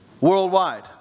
worldwide